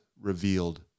revealed